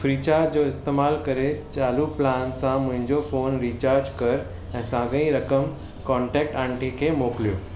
free charge जो इस्तेमालु करे चालू प्लान सां मुंहिंजो फ़ोन रीचार्ज कर ऐं साॻई रक़म कॉन्टेक्ट आंटी खे मोकिलियो